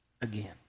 again